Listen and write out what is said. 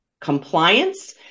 compliance